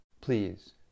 please